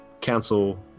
Council